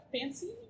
fancy